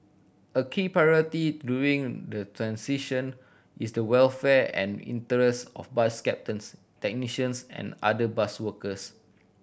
a key priority during the transition is the welfare and interests of bus captains technicians and other bus workers